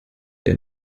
der